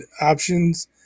options